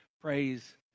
praise